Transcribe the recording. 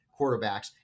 quarterbacks